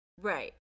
Right